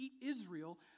Israel